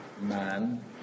man